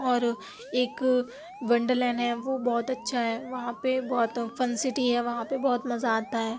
اور ایک wonderland ہے وہ بہت اچھا ہے وہاں پہ بہت فن سٹی ہے وہاں پہ بہت مزہ آتا ہے